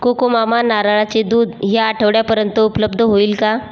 Cocomama नारळाचे दूध ह्या आठवड्यापर्यंत उपलब्ध होईल का